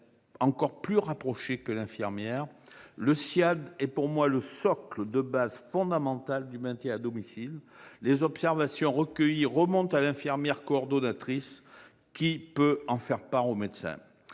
encore que celle de l'infirmière. Le SSIAD est pour moi le socle de base fondamental du maintien à domicile ; les observations recueillies remontent à l'infirmière coordinatrice, qui peut les transmettre au médecin